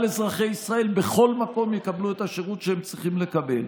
אזרחי ישראל בכל מקום יקבלו את השירות שהם צריכים לקבל.